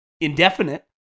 indefinite